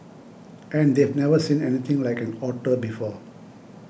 and they've never seen anything like an otter before